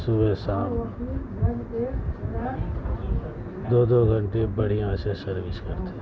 صبح شام دو دو گھنٹے بڑھیا سے سروس کرتے ہیں